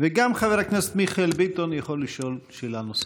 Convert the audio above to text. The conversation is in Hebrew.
וגם חבר הכנסת מיכאל ביטון יכול לשאול שאלה נוספת.